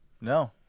no